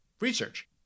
research